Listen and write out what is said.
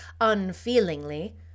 unfeelingly